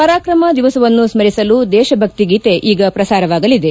ಪರಾಕ್ರಮ ದಿವಸವನ್ನು ಸ್ಟರಿಸಲು ದೇಶಭಕ್ತಿ ಗೀತೆ ಈಗ ಪ್ರಸಾರವಾಗಲಿದೆ